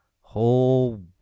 whole